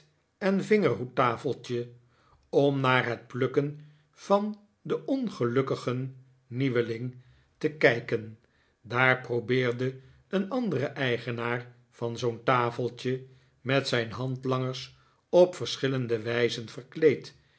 en vingerhoedtafeltje om naar het plukken van een ongelukkigen nieuweling te kijken daar probeerde een andere eigenaar van zoo'n tafeltje met zijn handlangers op verschillende wijzen verkleed